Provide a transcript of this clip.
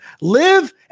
Live